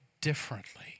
differently